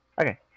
Okay